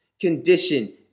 condition